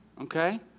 Okay